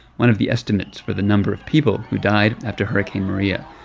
one of the estimates for the number of people who died after hurricane maria.